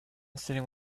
sitting